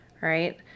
right